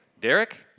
Derek